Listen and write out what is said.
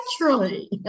Naturally